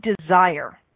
desire